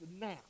now